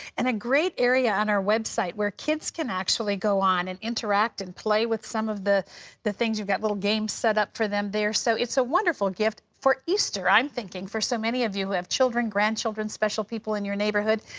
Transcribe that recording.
and a great area on our website where kids can actually go on and interact and play with some of the things. things. you've got little games set up for them there. so it's a wonderful gift for easter, i'm thinking, for so many of you who have children, grandchildren, special people in your neighborhood.